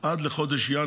לעשות את זה עד חודש ינואר.